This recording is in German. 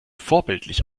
vorbildlich